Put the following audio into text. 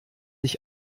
ich